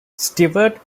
stewart